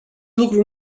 lucru